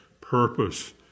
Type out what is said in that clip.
purpose